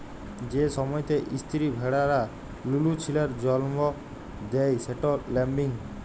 যে সময়তে ইস্তিরি ভেড়ারা লুলু ছিলার জল্ম দেয় সেট ল্যাম্বিং